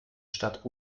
statt